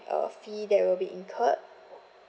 uh fee that will be incurred